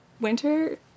winter